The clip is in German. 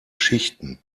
schichten